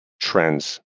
trends